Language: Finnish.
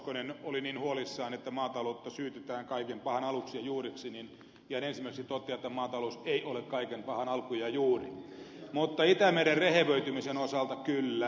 hoskonen oli niin huolissaan että maataloutta syytetään kaiken pahan aluksi ja juureksi niin ihan ensimmäiseksi totean että maatalous ei ole kaiken pahan alku ja juuri mutta itämeren rehevöitymisen osalta kyllä